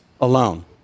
alone